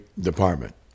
department